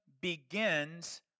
begins